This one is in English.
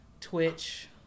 Twitch